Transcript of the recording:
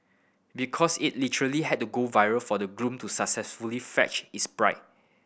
because it literally had to go viral for the groom to successfully fetch is bride